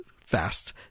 fast